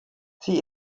sie